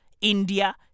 India